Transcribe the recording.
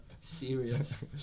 Serious